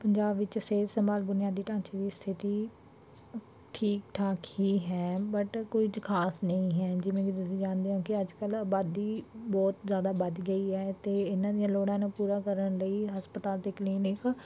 ਪੰਜਾਬ ਵਿੱਚ ਸਿਹਤ ਸੰਭਾਲ ਬੁਨਿਆਦੀ ਢਾਂਚੇ ਦੀ ਸਥਿਤੀ ਠੀਕ ਠਾਕ ਹੀ ਹੈ ਬਟ ਕੁਝ ਖਾਸ ਨਹੀਂ ਹੈ ਜਿਵੇਂ ਕਿ ਤੁਸੀਂ ਜਾਣਦੇ ਹੈ ਕਿ ਅੱਜ ਕੱਲ੍ਹ ਆਬਾਦੀ ਬਹੁਤ ਜ਼ਿਆਦਾ ਵੱਧ ਗਈ ਹੈ ਅਤੇ ਇਹਨਾਂ ਦੀਆਂ ਲੋੜਾਂ ਨੂੰ ਪੂਰਾ ਕਰਨ ਲਈ ਹਸਪਤਾਲ ਅਤੇ ਕਲੀਨਿਕ